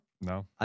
No